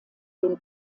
dem